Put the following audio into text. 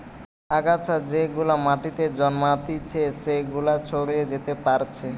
আগাছা যেগুলা মাটিতে জন্মাতিচে সেগুলা ছড়িয়ে যেতে পারছে